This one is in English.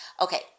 Okay